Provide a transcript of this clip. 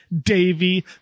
davy